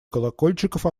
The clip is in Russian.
колокольчиков